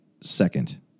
second